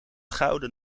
gouden